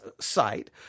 site